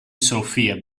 sophia